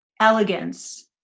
elegance